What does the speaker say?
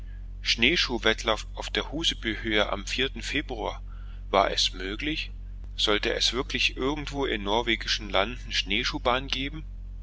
schneeschuhwettlauf auf der husebyhöhe am februar war es möglich sollte es wirklich irgendwo in norwegischen landen schneeschuhbahn geben